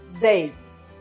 dates